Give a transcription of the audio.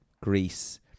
Greece